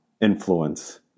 influence